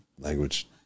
Language